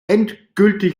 endgültig